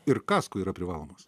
ir kasko yra privalomas